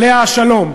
עליה השלום,